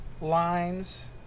lines